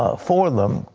ah for them,